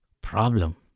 problem